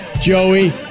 Joey